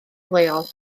leol